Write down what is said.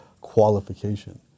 qualification